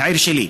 העיר שלי.